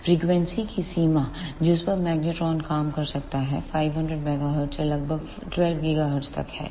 frequency की सीमा जिस पर मैग्नेट्रोन काम कर सकता है 500 MHz से लगभग 12GHz तक है